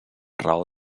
raó